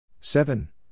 Seven